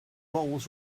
roles